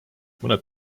mõned